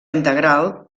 integral